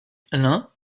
l’un